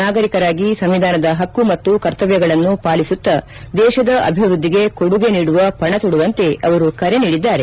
ನಾಗರಿಕರಾಗಿ ಸಂವಿಧಾನದ ಹಕ್ಕು ಮತ್ತು ಕರ್ತವ್ಯಗಳನ್ನು ಪಾಲಿಸುತ್ತಾ ದೇಶದ ಅಭಿವ್ವದ್ದಿಗೆ ಕೊದುಗೆ ನೀಡುವ ಪಣ ತೊಡುವಂತೆ ಕರೆ ನೀಡಿದ್ದಾರೆ